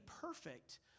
perfect